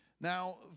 Now